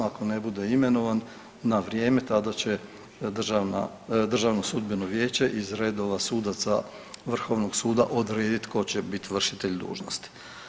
Ako ne bude imenovan na vrijeme tada će Državno sudbeno vijeće iz redova sudaca Vrhovnog suda odrediti tko će biti vršitelj dužnosti.